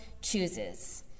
chooses